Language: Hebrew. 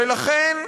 ולכן,